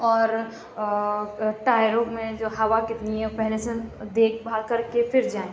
اور ٹائروں میں جو ہَوا کتنی ہے پہلے سے دیکھ بھال کر کے پھر جائیں